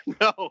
no